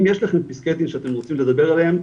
אם יש לכם פסקי דין שאתם רוצים לדבר עליהם,